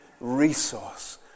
resource